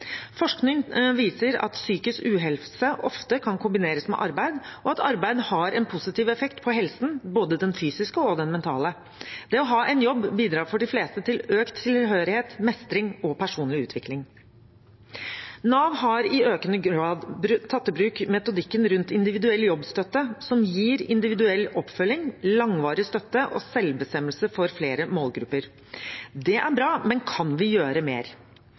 Forskning viser at psykisk uhelse ofte kan kombineres med arbeid, og at arbeid har en positiv effekt på helsen, både den fysiske og mentale. Det å ha en jobb bidrar for de fleste til økt tilhørighet, mestring og personlig utvikling. Nav har i økende grad tatt i bruk metodikken med individuell jobbstøtte, som gir individuell oppfølging, langvarig støtte og selvbestemmelse for flere målgrupper. Det er bra, men kan vi gjøre mer?